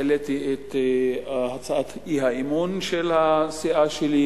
כשהעליתי את הצעת האי-אמון של הסיעה שלי,